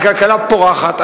הכלכלה פורחת,